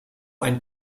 ein